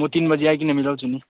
म तिन बजे आइकन मिलाउँछु नि